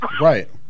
right